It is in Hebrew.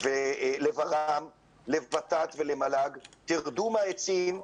לות"ת ולמל"ג, תרדו מהעצים,